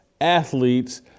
athletes